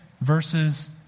verses